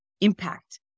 impact